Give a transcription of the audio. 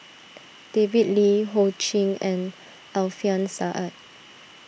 David Lee Ho Ching and Alfian Sa'At